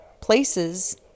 places